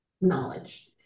knowledge